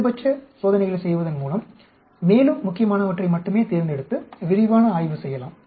குறைந்தபட்ச சோதனைகளைச் செய்வதன் மூலம் மேலும் முக்கியமானவற்றை மட்டுமே தேர்ந்தெடுத்து விரிவான ஆய்வு செய்யலாம்